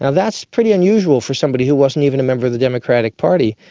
ah that's pretty unusual for somebody who wasn't even a member of the democratic party,